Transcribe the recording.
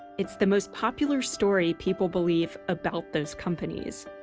it's the most popular story people believe about those companies.